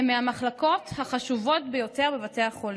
הם מהמחלקות החשובות ביותר בבתי החולים,